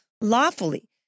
lawfully